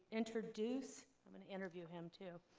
introduce, i'm going to interview him too,